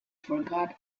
forgot